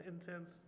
intense